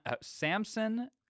Samson